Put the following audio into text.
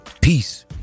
peace